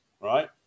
right